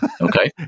okay